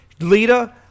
Lita